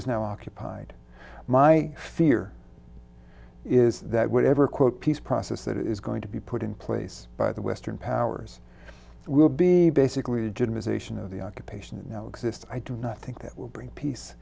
is now occupied my fear is that whatever quote peace process that is going to be put in place by the western powers will be basically rigid visitation of the occupation exists i do not think that will bring peace